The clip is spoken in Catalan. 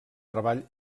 treball